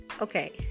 Okay